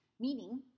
meaning